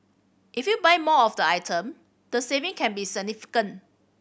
if you buy more of the item the saving can be significant